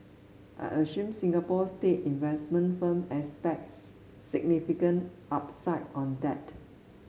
I assume Singapore's state investment firm expects significant upside on that